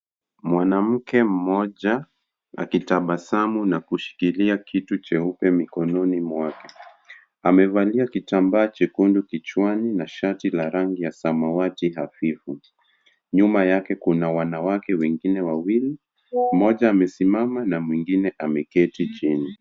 Mwanamke mmoja akitabasamu na kushikilia kitu cheupe mikononi mwake. Amevalia kitambaa chekundu kichwani na shati la rangi ya samawati hafifu. Nyuma yake kuna wanawake wengine wawili, mmoja amesimama na mwingine ameketi chini.